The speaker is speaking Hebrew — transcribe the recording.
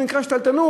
זה נקרא שתלטנות.